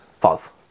False